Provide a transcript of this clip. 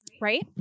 right